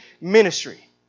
ministry